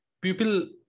people